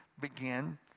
begin